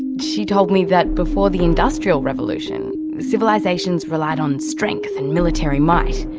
she told me that before the industrial revolution civilisations relied on strength and military might.